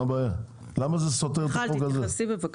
למה זה סותר את החוק הזה?